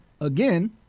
Again